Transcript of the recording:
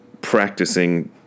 practicing